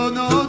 no